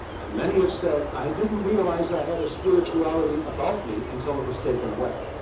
and many have said i didn't realize i had a spirituality about me until it was taken away.